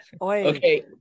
Okay